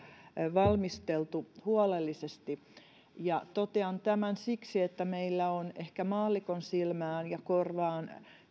valmisteltu huolellisesti totean tämän siksi että meillä on ehkä maallikon silmään ja korvaan